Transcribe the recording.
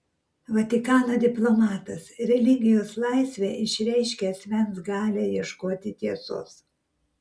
vatikano diplomatas religijos laisvė išreiškia asmens galią ieškoti tiesos